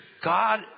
God